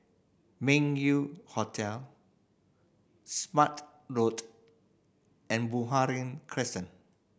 Meng Yew Hotel Smart Road and Buroh Crescent